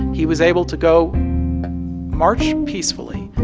he was able to go march peacefully,